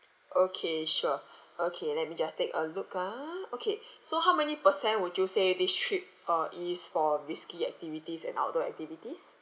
okay sure okay let me just take a look ah okay so how many percent would you say this trip uh is for risky activities and outdoor activities